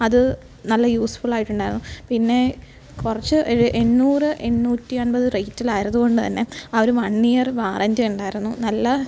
അത് നല്ല യൂസ്ഫുൾ ആയിട്ടുണ്ടായിരുന്നു പിന്നെ കുറച്ച് ഒരു എണ്ണൂറ് എണ്ണൂറ്റി അൻപത് റേറ്റിൽ ആയതുകൊണ്ട് തന്നെ ആ ഒരു വണ്ണിയർ വാറണ്ടി ഉണ്ടായിരുന്നു നല്ല